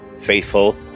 Faithful